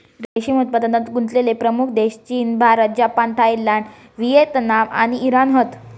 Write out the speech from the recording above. रेशीम उत्पादनात गुंतलेले प्रमुख देश चीन, भारत, जपान, थायलंड, व्हिएतनाम आणि इराण हत